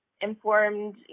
informed